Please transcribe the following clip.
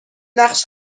نقش